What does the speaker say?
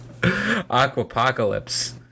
Aquapocalypse